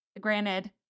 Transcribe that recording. granted